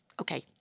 okay